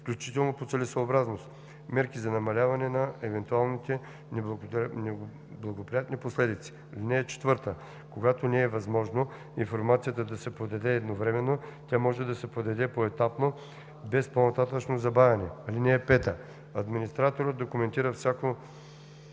включително по целесъобразност мерки за намаляване на евентуалните неблагоприятни последици. (4) Когато не е възможно информацията да се подаде едновременно, тя може да се подаде поетапно без по-нататъшно ненужно забавяне. (5) Администраторът документира всяко